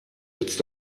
jetzt